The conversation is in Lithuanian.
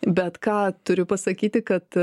bet ką turiu pasakyti kad